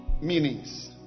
Meanings